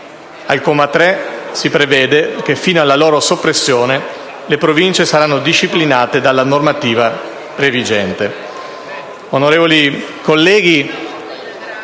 Al comma 3 si prevede che fino alla loro soppressione, le Province saranno disciplinate dalla normativa previgente.